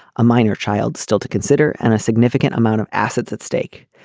a minor child still to consider and a significant amount of assets at stake.